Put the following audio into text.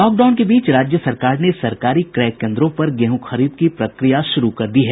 lockdown के बीच राज्य सरकार ने सरकारी क्रय केन्द्रों पर गेहूँ खरीद की प्रक्रिया शुरू कर दी है